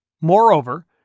Moreover